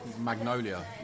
Magnolia